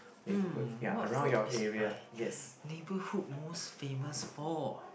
hmm what food is my neighbourhood most famous for